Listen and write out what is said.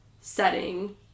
setting